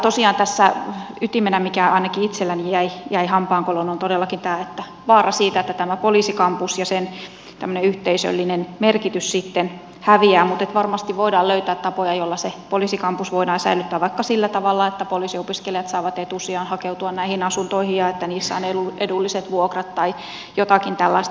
tosiaan tässä ytimenä mikä ainakin itselläni jäi hampaankoloon on todellakin tämä vaara siitä että tämä poliisikampus ja sen tämmöinen yhteisöllinen merkitys sitten häviää mutta varmasti voidaan löytää tapoja joilla se poliisikampus voidaan säilyttää vaikka sillä tavalla että poliisiopiskelijat saavat etusijan hakeutua näihin asuntoihin ja että niissä on edulliset vuokrat tai jotakin tällaista